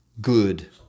good